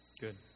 Good